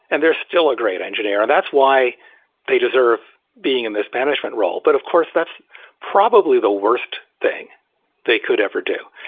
and they're still a great engineer. and that's why they deserve being in this management role, but of course that's probably the worst thing they could ever do,